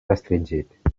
restringit